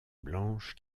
blanche